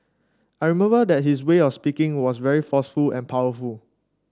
I remember that his way of speaking was very forceful and powerful